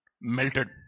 melted